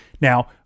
Now